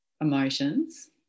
emotions